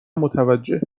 متوجه